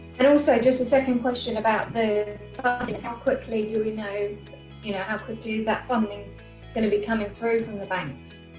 and also just a second question about the the how quickly do we know you know how to do that funding gonna be coming through from the banks